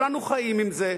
כולנו חיים עם זה,